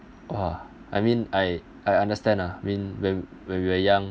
!wah! I mean I I understand ah when when when we're young